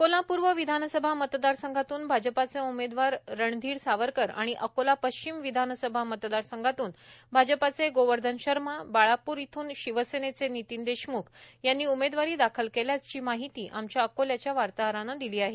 अकोला पूर्व विधानसभा मतदारसंघातून भारतीय जनता पक्षाचे उमेदवार रणधिर सावरकर आणि अकोला पश्चिम विधानसभा मतदारसंघातून भाजपचे गोवर्धन शर्मा बाळापूर इथून शिवसेनेचे नितीन देशम्ख यांनी उमेदवारी दाखल केल्याची माहिती आमच्या अकोल्याच्या वार्ताहरानं दिली आहे